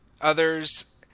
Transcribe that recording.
Others